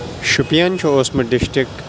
شُپین چھُ اوسمُت ڈِسٹک